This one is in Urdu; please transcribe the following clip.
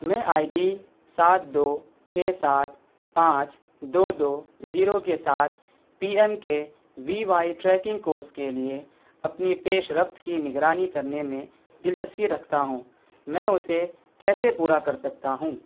میں آئی ڈی سات دو چھ سات پانچ دو دو زیرو کے ساتھ P M K V Y tracking course کے لیے اپنی پیشرفت کی نگرانی کرنے میں دلچسپی رکھتا ہوں میں اسے کیسے پورا کر سکتا ہوں